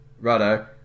righto